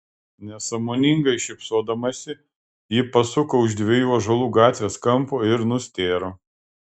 nesąmoningai šypsodamasi ji pasuko už dviejų ąžuolų gatvės kampo ir nustėro